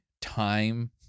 time